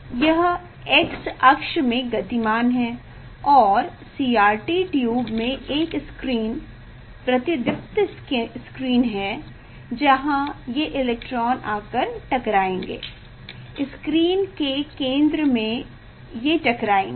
यह x अक्ष में गतिमान है और CRT ट्यूब में एक स्क्रीन प्रतिदीप्ति स्क्रीन है जहाँ ये इलेक्ट्रॉन आकर टकराएंगे स्क्रीन के केंद्र में ये टकराएंगे